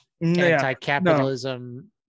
anti-capitalism